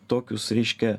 tokius reiškia